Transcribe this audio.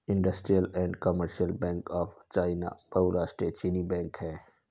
industrial and commercial bank of China बहुराष्ट्रीय चीनी बैंक है